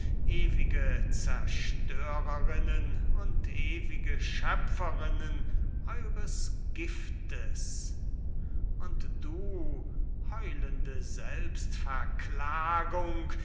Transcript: ewige zerstörerinnen und ewige schöpferinnen eures giftes und du heulende